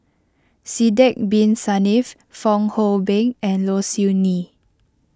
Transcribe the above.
Sidek Bin Saniff Fong Hoe Beng and Low Siew Nghee